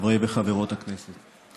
חברי וחברות הכנסת,